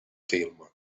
film